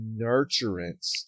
nurturance